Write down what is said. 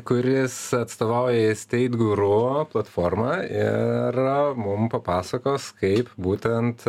kuris atstovauja įsteit guru platformą ir mum papasakos kaip būtent